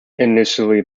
initially